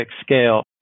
scale